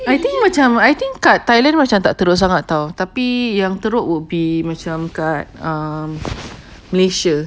I think macam I think kat thailand macam tak teruk sangat kau tahu tapi yang teruk would be macam kat um malaysia